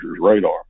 radar